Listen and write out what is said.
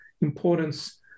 importance